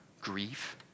grief